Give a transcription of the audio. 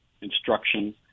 instruction